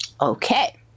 Okay